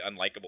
unlikable